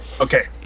okay